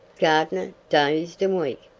gardner, dazed and weak,